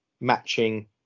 matching